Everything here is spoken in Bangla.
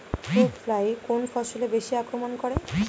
ফ্রুট ফ্লাই কোন ফসলে বেশি আক্রমন করে?